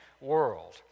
world